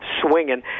swinging